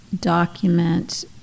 document